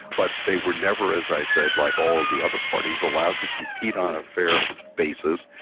but they were never, as i said like all the other parties, allow it to compete on a fair basis,